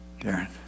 Darren